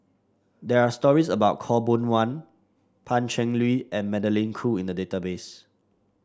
there are stories about Khaw Boon Wan Pan Cheng Lui and Magdalene Khoo in the database